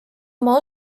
oma